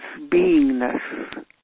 beingness